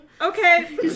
okay